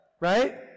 right